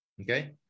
okay